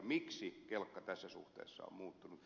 miksi kelkka tässä suhteessa on muuttunut